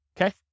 okay